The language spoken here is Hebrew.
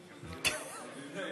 אם כן,